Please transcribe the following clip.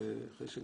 על הבנקים,